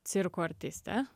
cirko artiste